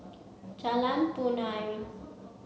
Jalan Punai